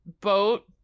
boat